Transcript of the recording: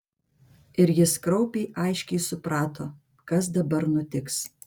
ir jis kraupiai aiškiai suprato kas dabar nutiks